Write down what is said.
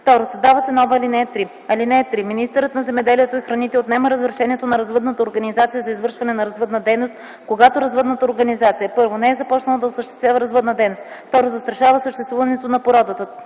2. Създава се нова ал. 3: „(3) Министърът на земеделието и храните отнема разрешението на развъдната организация за извършване на развъдна дейност, когато развъдната организация: 1. не е започнала да осъществява развъдна дейност; 2. застрашава съществуването на породата;